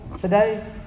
today